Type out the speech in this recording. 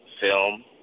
film